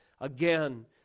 again